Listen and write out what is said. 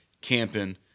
camping